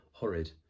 hurried